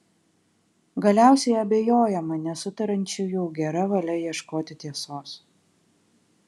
galiausiai abejojama nesutariančiųjų gera valia ieškoti tiesos